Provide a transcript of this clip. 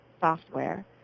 software